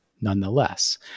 nonetheless